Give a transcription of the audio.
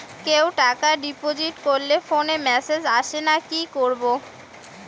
কেউ টাকা ডিপোজিট করলে ফোনে মেসেজ আসেনা কি করবো?